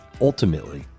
ultimately